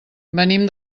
venim